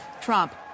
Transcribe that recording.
Trump